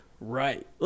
Right